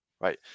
right